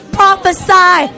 prophesy